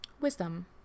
wisdom